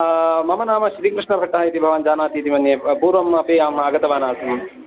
मम नाम श्रीकृष्णभट्टः इति भवान् जानाति इति मन्ये पूर्वमपि अहं आगतवानासं